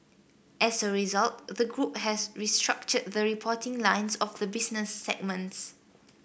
as a result the group has restructured the reporting lines of the business segments